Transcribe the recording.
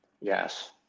Yes